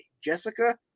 Jessica